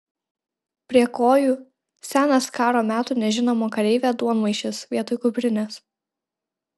prie kojų senas karo metų nežinomo kareivio duonmaišis vietoj kuprinės